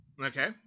Okay